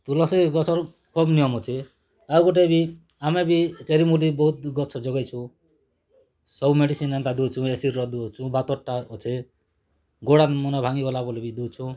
ତୁଲସି ଗଛର ଖୁବ୍ ନିୟମ ଅଛି ଆଉ ଗୋଟେ ବି ଆମେ ବି ଚେରି ମୂଲି ବହୁତ୍ ଗଛ ଯୋଗେଇସୁ ସବୁ ମେଡ଼ିସିନ୍ ଏନ୍ତା ଦେଉଛୁ ଏସିଡ଼ିର ଦେଉଛୁ ବାତଟା ଅଛେ ଗୋଡ଼ ହାତ ମନ ଭାଙ୍ଗି ଗଲା ବୋଲି ବି ଦେଉଛୁ